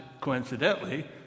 coincidentally